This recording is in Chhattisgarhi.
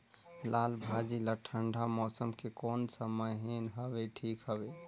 लालभाजी ला ठंडा मौसम के कोन सा महीन हवे ठीक हवे?